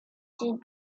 ses